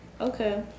Okay